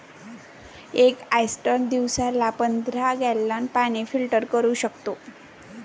एक ऑयस्टर दिवसाला पंधरा गॅलन पाणी फिल्टर करू शकतो